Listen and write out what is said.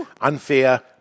unfair